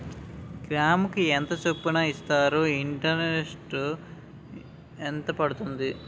గ్రాముకి ఎంత చప్పున ఇస్తారు? ఇంటరెస్ట్ ఎంత పడుతుంది?